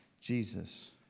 Jesus